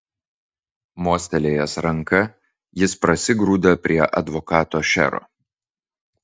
mostelėjęs ranka jis prasigrūda prie advokato šero